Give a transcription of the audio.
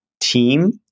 team